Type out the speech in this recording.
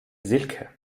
silke